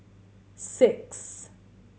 six